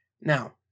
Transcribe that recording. Now